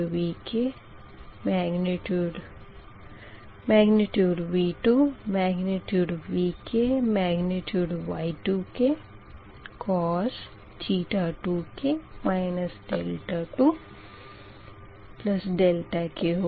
cos 2k 2k होगा